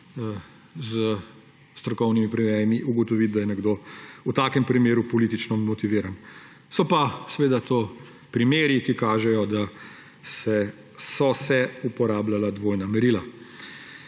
s strokovnimi prijemi ugotoviti, da je nekdo v takem primeru politično motiviran. So pa to primeri, ki kažejo, da so se uporabljala dvojna merila.